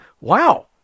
Wow